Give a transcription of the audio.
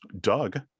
Doug